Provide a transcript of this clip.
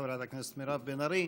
חברת הכנסת מירב בן ארי,